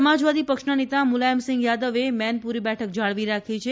સમાજવાદી પક્ષના નેતા મુલાયમ સિંઘ યાદવે મેનપુરી બેઠક જાળવી રાખી છે